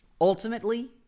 Ultimately